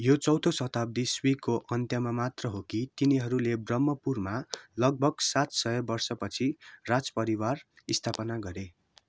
यो चौथो शताब्दी इस्वीको अन्त्यमा मात्र हो कि तिनीहरूले ब्रह्मपुरमा लगभग सात सय वर्षपछि राजपरिवार स्थापना गरे